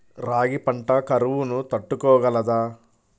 రాగి పంట కరువును తట్టుకోగలదా?